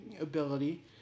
ability